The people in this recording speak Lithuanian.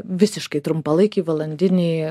visiškai trumpalaikiai valandiniai